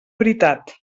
veritat